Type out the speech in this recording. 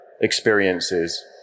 experiences